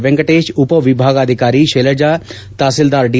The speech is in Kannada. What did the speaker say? ವೆಂಕಟೇಶ್ ಉಪ ವಿಭಾಗಾಧಿಕಾರಿ ಶೈಲಜಾ ತಹಸೀಲ್ಲಾರ್ ಡಿ